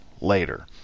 later